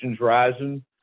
rising